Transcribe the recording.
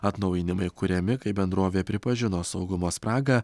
atnaujinimai kuriami kai bendrovė pripažino saugumo spragą